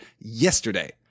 yesterday